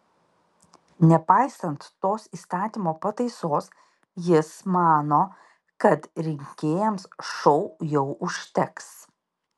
nepaisant tos įstatymo pataisos jis mano kad rinkėjams šou jau užteks